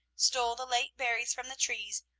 stole the late berries from the trees,